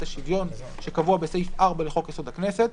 השוויון שקבוע בסעיף 4 לחוק יסוד: הכנסת,